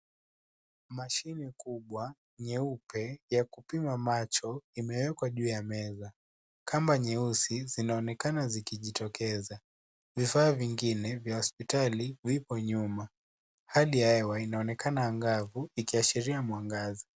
Mashine kubwa nyeupe ya kupima macho imewekwa juu ya meza. Kamba nyeusi zinaonekana zikijitokeza. Vifaa vingine vya hospitali viko nyuma. Hali ya hewa inaonekana angavu ikiashiria mwangaza.